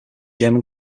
german